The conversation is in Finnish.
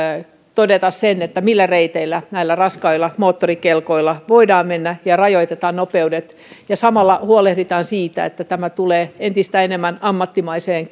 todeta se millä reiteillä näillä raskailla moottorikelkoilla voidaan mennä ja rajoitetaan nopeudet ja samalla huolehditaan siitä että tämä tulee entistä enemmän ammattimaiseen